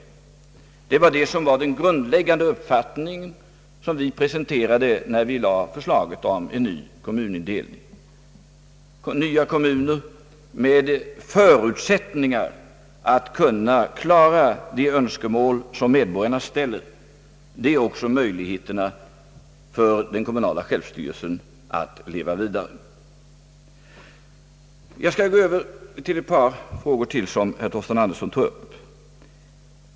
Detta var den grundläggande uppfattning som vi presenterade när vi lade fram förslaget om en ny kommunindelning. I nya kommuner med förutsättningar att klara de önskemål som medborgarna ställer ligger också möjligheterna för den kommunala självstyrelsen att leva vidare. Jag skall gå över till ett par frågor till som herr Torsten Andersson tog upp.